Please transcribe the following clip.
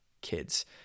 kids